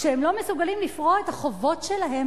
כשהם לא מסוגלים לפרוע את החובות שלהם,